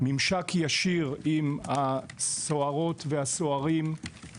ממשק ישיר עם הסוהרים והסוהרות,